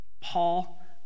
Paul